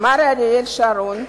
מר אריאל שרון,